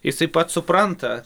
jisai pats supranta